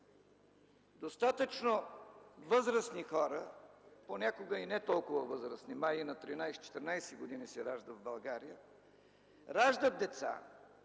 достатъчно възрастни хора, понякога и не толкова възрастни, май и на 13-14 години се ражда в България, раждат деца,